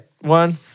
one